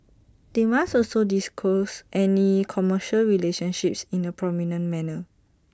they must also disclose any commercial relationships in A prominent manner